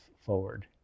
forward